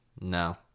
no